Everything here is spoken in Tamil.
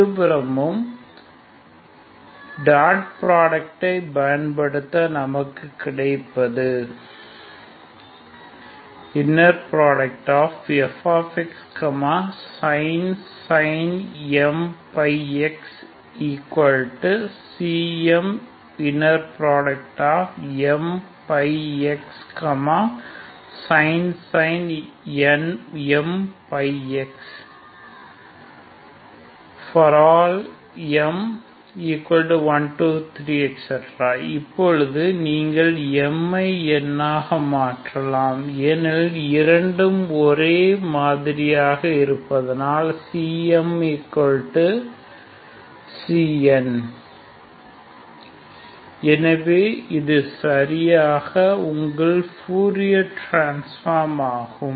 இருபுறமும் டாட் புராடக்டை பயன்படுத்த நமக்கு கிடைப்பது We have fxsin mπx Cmmπxsin mπx ∀ m1234 இப்பொழுது நீங்கள் m ஐ n ஆக மாற்றலாம் ஏனெனில் இரண்டுமே ஒரே மாதிரியாக இருப்பதால் எனவே CnCm ∀ fxis any periodic function f∈01 எனவே இதுவே சரியாக உங்கள் ஃப்பூரியர் டிரான்ஸ்பார்ம் ஆகும்